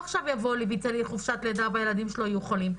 יצא עכשיו לחופשת לידה והילדים שלו יהיו חולים.